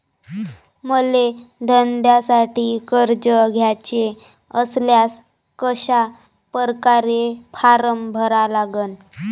मले धंद्यासाठी कर्ज घ्याचे असल्यास कशा परकारे फारम भरा लागन?